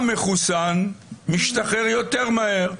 המחוסן משתחרר יותר מהר,